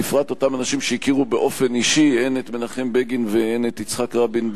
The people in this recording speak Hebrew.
בפרט אותם אנשים שהכירו באופן אישי הן את מנחם בגין והן את יצחק רבין,